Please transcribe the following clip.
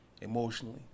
emotionally